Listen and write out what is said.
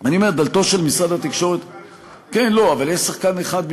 יש רק שחקן אחד.